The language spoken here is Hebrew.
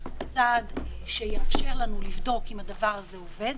צעד שיאפשר לנו לבדוק אם הדבר הזה עובד.